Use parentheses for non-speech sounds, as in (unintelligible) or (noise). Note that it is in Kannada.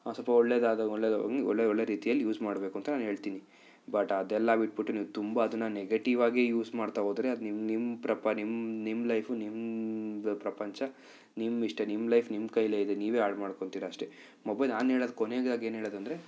ಸ್ವಲ್ಪ ಒಳ್ಳೇದು ಅದು ಒಳ್ಳೆ (unintelligible) ಒಳ್ಳೆ ಒಳ್ಳೆ ರೀತಿಯಲ್ಲಿ ಯೂಸ್ ಮಾಡಬೇಕು ಅಂತ ನಾನು ಹೇಳ್ತೀನಿ ಬಟ್ ಅದೆಲ್ಲ ಬಿಟ್ಬಿಟ್ಟು ನೀವು ತುಂಬ ಅದನ್ನು ನೆಗೆಟಿವ್ ಆಗಿ ಯೂಸ್ ಮಾಡ್ತಾ ಹೋದ್ರೆ ಅದು ನಿಮ್ಮ ನಿಮ್ಮ ಪ್ರಪ ನಿಮ್ಮ ನಿಮ್ಮ ಲೈಫು ನಿಮ್ದು ಪ್ರಪಂಚ ನಿಮ್ಮ ಇಷ್ಟ ನಿಮ್ಮ ಲೈಫ್ ನಿಮ್ಮ ಕೈಲೇ ಇದೆ ನೀವೇ ಹಾಳು ಮಾಡ್ಕೊಳ್ತೀರಿ ಅಷ್ಟೇ ಮೊಬೈಲ್ ನಾನು ಹೇಳೋದು ಕೊನೆದಾಗಿ ಏನು ಹೇಳೋದೆಂದ್ರೆ